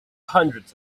hundreds